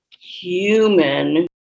human